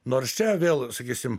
nors čia vėl sakysim